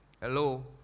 Hello